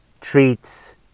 treats